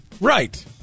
right